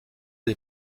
des